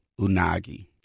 Unagi